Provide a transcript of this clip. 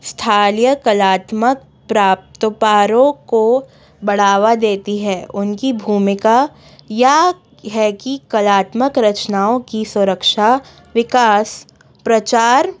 अस्थानीय कलात्मक प्राप्तपारोक को बढ़ावा देती है उनकी भूमिका यह है कि कलात्मक रचनाओं की सुरक्षा विकास प्रचार